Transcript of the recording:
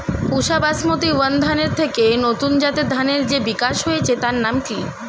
পুসা Basmati one ধানের থেকে নতুন জাতের ধানের যে বিকাশ হয়েছে তার নাম কি?